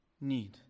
need